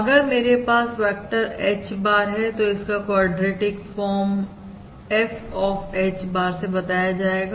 अगर मेरे पास वेक्टर H bar है तो इसका quadratic form F of H bar से बताया जाएगा